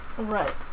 Right